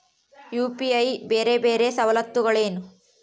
UPI ಬೇರೆ ಬೇರೆ ಸವಲತ್ತುಗಳೇನು?